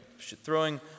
throwing